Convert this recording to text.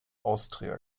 austria